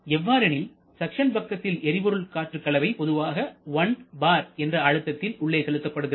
எவ்வாறெனில் சக்சன் பக்கத்தில் எரிபொருள் காற்றுக் கலவை பொதுவாக 1 bar என்று அழுத்தத்தில் உள்ளே செலுத்தப்படுகிறது